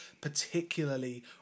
particularly